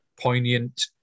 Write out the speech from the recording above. poignant